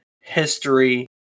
history